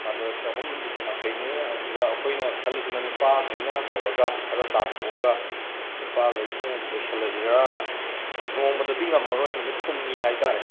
ꯑꯗꯣ ꯆꯥꯍꯨꯝ ꯌꯥꯡꯈꯩꯅꯦ ꯑꯗꯨꯗ ꯑꯩꯈꯣꯏꯅ ꯈꯜꯂꯤꯁꯤꯅ ꯅꯨꯄꯥꯒꯩꯅ ꯇꯧꯔꯒ ꯈꯔ ꯇꯥꯊꯣꯛꯑꯒ ꯅꯨꯄꯥꯒꯩꯅ ꯂꯣꯏꯁꯤꯜꯂꯁꯤꯔꯥ ꯅꯣꯡꯃꯗꯗꯤ ꯉꯝꯃꯔꯣꯏ ꯅꯨꯃꯤꯠ ꯍꯨꯝꯅꯤ ꯍꯥꯏ ꯇꯥꯔꯦ